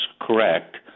correct